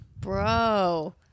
Bro